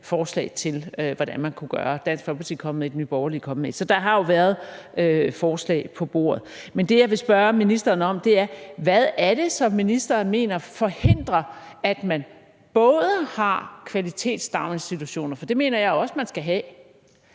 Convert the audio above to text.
forslag til, hvordan man kunne gøre. Dansk Folkeparti er kommet med et, Nye Borgerlige er kommet med et. Så der har jo været forslag på bordet. Men det, jeg vil spørge ministeren om, er, hvad det så er, ministeren mener forhindrer, at man både har kvalitetsdaginstitutioner – for det mener jeg også man skal have